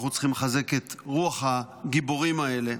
אנחנו צריכים לחזק את רוח הגיבורים האלה.